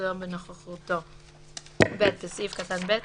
שלא בנוכחותו."; (ב)בסעיף קטן (ב),